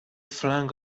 flung